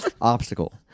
obstacle